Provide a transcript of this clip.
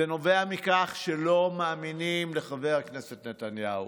זה נובע מכך שלא מאמינים לחבר הכנסת נתניהו.